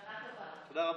תודה רבה.